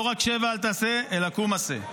לא רק שב ואל תעשה אלא קום עשה.